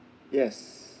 yes